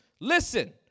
Listen